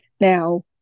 Now